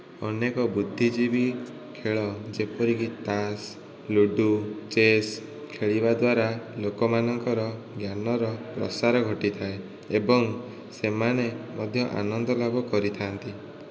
ଅନେକ ବୁଦ୍ଧିଜୀବୀ ଖେଳ ଯେପରିକି ତାସ ଲୁଡ଼ୁ ଚେସ ଖେଳିବା ଦ୍ୱାରା ଲୋକମାନଙ୍କର ଜ୍ଞାନର ପ୍ରସାର ଘଟିଥାଏ ଏବଂ ସେମାନେ ମଧ୍ୟ ଆନନ୍ଦ ଲାଭ କରିଥାନ୍ତି